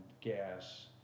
gas